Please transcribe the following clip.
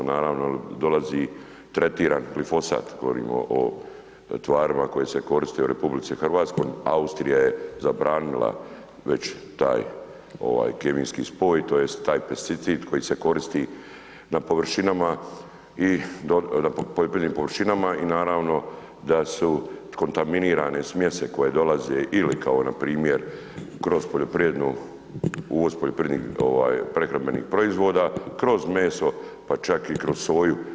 Naravno dolazi tretiran glifosat, govorimo o tvarima koje se koriste u RH, Austrija je zabranila već taj ovaj kemijski spoj tj. taj pesticid koji se koristi na površinama, poljoprivrednim površinama i naravno da su kontaminirane smjese koje dolaze ili kao npr. kroz poljoprivrednu, uvoz poljoprivrednih ovaj prehrambenih proizvoda, kroz meso, pa čak i kroz soju.